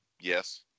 yes